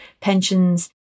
pensions